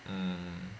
mm